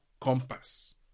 compass